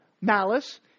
Malice